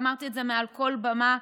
ואמרתי את זה מעל כל במה,